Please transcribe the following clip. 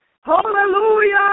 Hallelujah